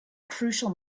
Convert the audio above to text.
crucial